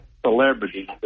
celebrities